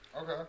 Okay